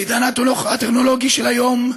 בעידן הטכנולוגי של היום,